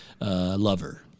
lover